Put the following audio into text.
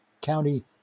county